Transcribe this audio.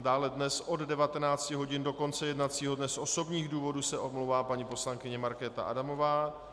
Dále dnes od 19 hodin do konce jednacího dne z osobních důvodů se omlouvá paní poslankyně Markéta Adamová.